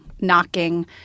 knocking